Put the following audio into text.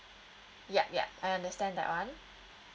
yup yup I understand that one